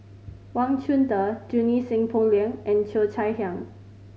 Wang Chunde Junie Sng Poh Leng and Cheo Chai Hiang